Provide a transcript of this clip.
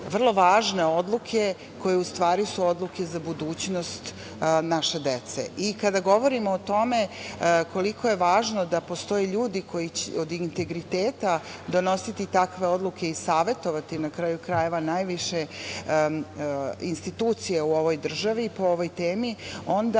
vrlo važne odluke koje su u stvari odluke za budućnost naše dece. Kada govorimo o tome koliko je važno da postoje ljudi od integriteta koji će donositi takve odluke i savetovati, na kraju krajeva, najviše institucije u ovoj državi po ovoj temi, onda